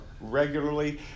regularly